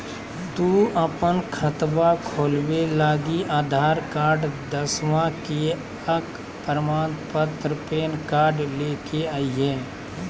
तू अपन खतवा खोलवे लागी आधार कार्ड, दसवां के अक प्रमाण पत्र, पैन कार्ड ले के अइह